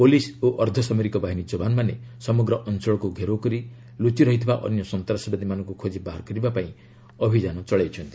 police ଓ ଅର୍ଦ୍ଧସାମରିକ ବାହିନୀ ଯବାନମାନେ ସମଗ୍ର ଅଞ୍ଚଳକୁ ଘେରାଉ କରି ଲୁଚିରହିଥିବା ଅନ୍ୟ ସନ୍ତାସବାଦୀମାନଙ୍କୁ ଖୋଜି ବାହାର କରିବା ପାଇଁ ଅଭିଯାନ ଆରମ୍ଭ କରିଦେଇଛନ୍ତି